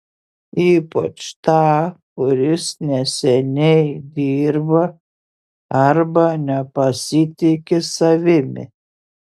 ypač tą kuris neseniai dirba arba nepasitiki savimi